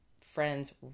friends